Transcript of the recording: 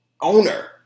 owner